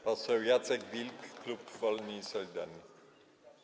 Poseł Jacek Wilk, koło Wolni i Solidarni.